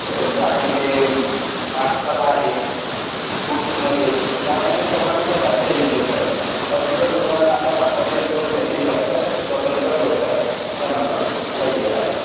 त्याच्याबद्दल आपलं काही पाककला आहे फूड्समध्ये यामध्ये लोकांचा जास्त इंटरेस्ट आहे त्याबद्दल लोकांना आता भारतातील तरुण जास्तीत जास्त स्वतंत्र व्यवसायच्या मागं वळलेला आहे